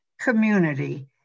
community